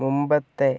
മുൻപത്തെ